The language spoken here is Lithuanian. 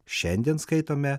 šiandien skaitome